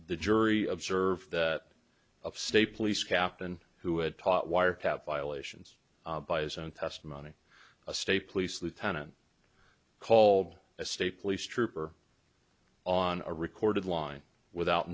the jury of serve that of state police captain who had taught wiretap violations by his own testimony a state police lieutenant called a state police trooper on a recorded line without